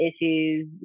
issues